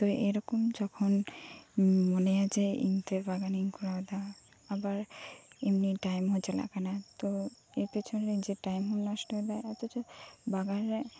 ᱛᱚ ᱮᱭ ᱨᱚᱠᱚᱢ ᱡᱚᱛᱷᱚᱱᱮᱢ ᱢᱚᱱᱮᱭᱟ ᱤᱧ ᱛᱮ ᱵᱟᱜᱟᱱᱤᱧ ᱠᱚᱨᱟᱣ ᱫᱟ ᱟᱵᱟᱨ ᱤᱧᱟᱹᱜ ᱴᱟᱭᱤᱢ ᱦᱚᱸ ᱪᱟᱞᱟᱜ ᱠᱟᱱᱟ ᱛᱚ ᱱᱤᱭᱟᱹ ᱯᱮᱪᱷᱚᱱ ᱨᱮ ᱡᱮ ᱴᱟᱭᱤᱢ ᱱᱚᱥᱴᱚᱭ ᱫᱟ ᱚᱛᱷᱚᱪᱚ ᱵᱟᱜᱟᱱ ᱨᱮ